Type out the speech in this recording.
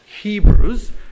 Hebrews